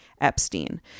Epstein